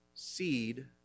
seed